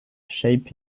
shape